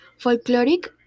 folkloric